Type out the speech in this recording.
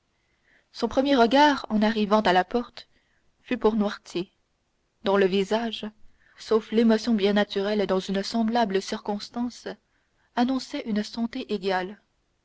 son premier regard en arrivant à la porte fut pour noirtier dont le visage sauf l'émotion bien naturelle dans une semblable circonstance annonçait une santé égale